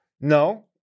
No